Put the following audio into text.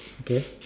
okay